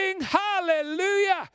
hallelujah